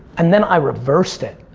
and then i reversed it.